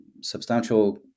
substantial